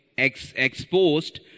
Exposed